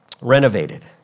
Renovated